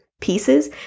pieces